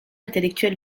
intellectuel